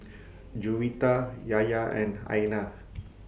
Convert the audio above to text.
Juwita Yahya and Aina